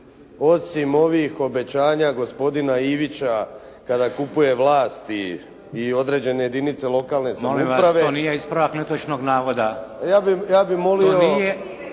osim ovih obećanja gospodina Ivića kada kupuje vlast i određene jedinice lokalne samouprave. **Šeks, Vladimir (HDZ)** Molim vas, to nije ispravak netočnog navoda. **Vinković, Zoran